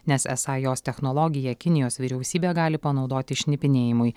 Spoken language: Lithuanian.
nes esą jos technologiją kinijos vyriausybė gali panaudoti šnipinėjimui